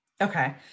Okay